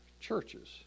churches